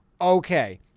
okay